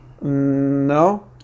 No